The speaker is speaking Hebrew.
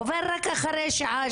עובר רק אחרי שעה,